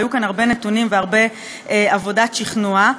היו כאן הרבה נתונים והרבה עבודת שכנוע.